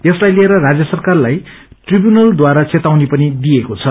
यसलाइ लिएरा राज्य सरकारलाइ ट्रिव्यूनलद्वारा चेतावनीपनि दिएको छ